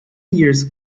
years